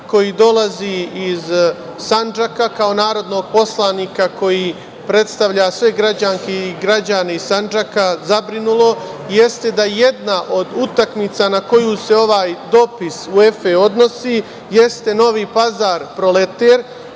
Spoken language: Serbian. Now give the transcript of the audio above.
koji dolazi iz Sandžaka, kao narodnog poslanika koji predstavlja sve građane i građanke iz Sandžaka zabrinulo, jeste da jedna od utakmica na koju se ovaj dopis UEFA odnosi jeste Novi Pazar-Proleter,